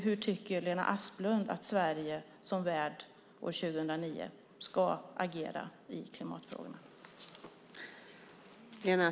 Hur tycker Lena Asplund att Sverige som värd år 2009 ska agera i klimatfrågorna?